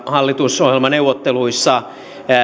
hallitusohjelmaneuvotteluissa